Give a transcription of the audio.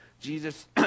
Jesus